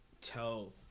tell